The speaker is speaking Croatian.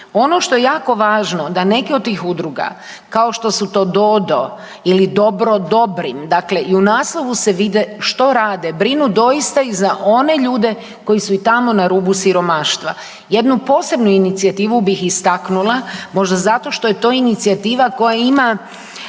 Ono što je jako važno, da neke od tih udruga, kao što su to DoDo ili Dobro Dobrim, dakle i u naslovu se vide što rade, brinu doista i za one ljude koji su i tamo na rubu siromaštva. Jednu posebnu inicijativu bih istaknula, možda zašto što je to inicijativa koja ima